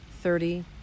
thirty